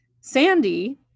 Sandy